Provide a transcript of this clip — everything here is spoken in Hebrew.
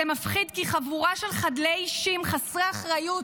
זה מפחיד כי חבורה של חדלי אישים חסרי אחריות,